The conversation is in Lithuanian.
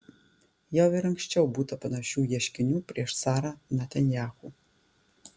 jau ir anksčiau būta panašių ieškinių prieš sara netanyahu